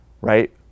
right